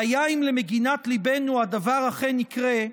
והיה אם למגינת ליבנו הדבר אכן יקרה,